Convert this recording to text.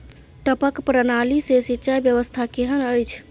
टपक प्रणाली से सिंचाई व्यवस्था केहन अछि?